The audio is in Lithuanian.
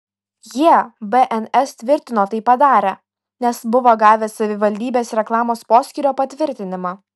jie bns tvirtino tai padarę nes buvo gavę savivaldybės reklamos poskyrio patvirtinimą